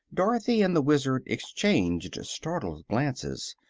dorothy and the wizard exchanged startled glances,